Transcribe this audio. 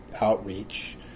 outreach